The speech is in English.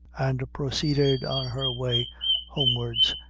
and proceeded on her way homewards,